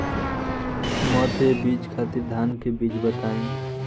मध्य जमीन खातिर धान के बीज बताई?